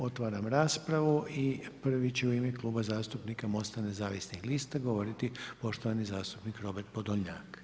Otvaram raspravu i prvi će u ime Kluba zastupnika MOST-a nezavisnih lista govoriti poštovani zastupnik Robert Podolnjak.